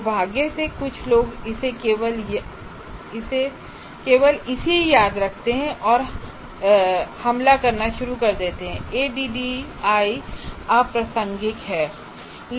दुर्भाग्य से कुछ लोग इसे केवल याद रखते हैं और हमला करना शुरू कर देते हैं कि एडीडीआई अप्रासंगिक है